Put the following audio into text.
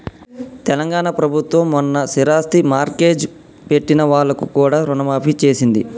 తెలంగాణ ప్రభుత్వం మొన్న స్థిరాస్తి మార్ట్గేజ్ పెట్టిన వాళ్లకు కూడా రుణమాఫీ చేసింది